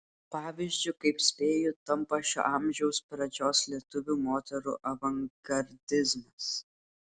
pavyzdžiu kaip spėju tampa šio amžiaus pradžios lietuvių moterų avangardizmas